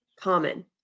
common